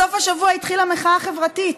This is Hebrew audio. בסוף השבוע התחילה מחאה חברתית,